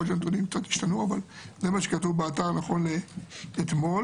זה מה שכתוב באתר נכון לאתמול